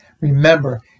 Remember